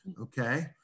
okay